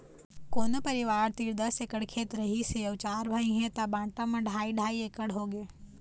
कोनो परिवार तीर दस एकड़ खेत रहिस हे अउ चार भाई हे त बांटा म ढ़ाई ढ़ाई एकड़ होगे